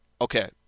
Okay